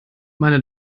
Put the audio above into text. meine